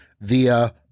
via